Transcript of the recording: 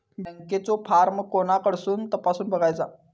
बँकेचो फार्म कोणाकडसून तपासूच बगायचा?